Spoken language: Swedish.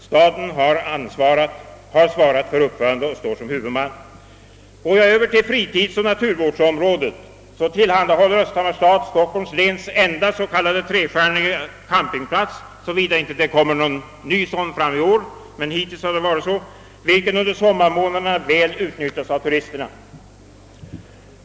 Staden har svarat för uppförandet och står som huvudman. Går jag över till fritidsoch naturvårdsområdet tillhandahåller Östhammars stad Stockholms läns enda s.k. trestjärniga campingplats, såvida det inte tillkommit någon ny sådan i år, vilken under sommarmånaderna väl utnyttjas av turisterna.